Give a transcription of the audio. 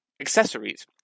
accessories